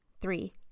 three